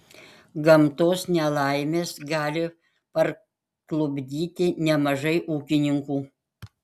gamtos nelaimės gali parklupdyti nemažai ūkininkų